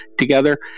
together